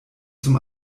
zum